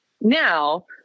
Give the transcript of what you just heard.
now